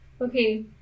Okay